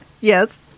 Yes